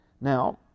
Now